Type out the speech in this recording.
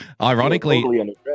Ironically